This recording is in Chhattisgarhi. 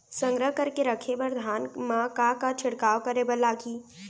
संग्रह करके रखे बर धान मा का का छिड़काव करे बर लागही?